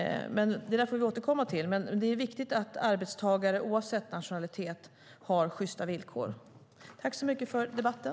Men detta får vi återkomma till. Det är viktigt att arbetstagare oavsett nationalitet har sjysta villkor. Tack än en gång för debatten!